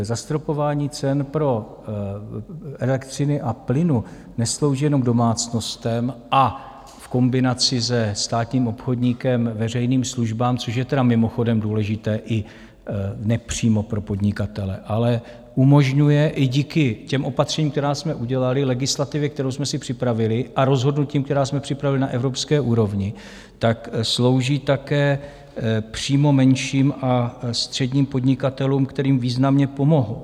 Zastropování cen elektřiny a plynu neslouží jenom domácnostem a v kombinaci se státním obchodníkem veřejným službám, což je tedy mimochodem důležité i nepřímo pro podnikatele, ale umožňuje i díky těm opatřením, která jsme udělali, legislativě, kterou jsme si připravili, a rozhodnutím, která jsme připravili na evropské úrovni, slouží také přímo menším a středním podnikatelům, kterým významně pomohou.